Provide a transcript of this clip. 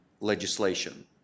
legislation